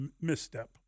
misstep